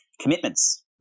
commitments